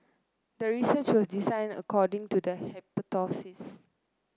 the research was designed according to the hypothesis